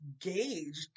gauged